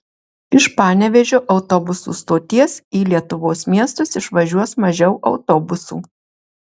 iš panevėžio autobusų stoties į lietuvos miestus išvažiuos mažiau autobusų